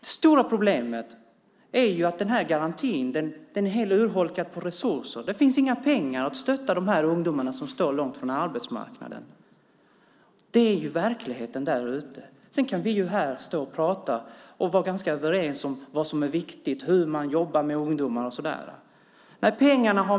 Det stora problemet är att garantin är helt urholkad på resurser. Det finns inga pengar för att stötta de ungdomar som står långt från arbetsmarknaden. Det är verkligheten där ute. Sedan kan vi stå här och prata och vara överens om vad som är viktigt, hur man jobbar med ungdomar och så vidare.